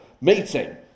meeting